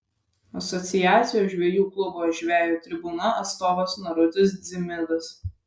asociacijos žvejų klubo žvejo tribūna atstovas narutis dzimidas